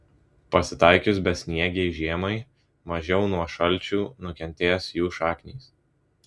pasitaikius besniegei žiemai mažiau nuo šalčių nukentės jų šaknys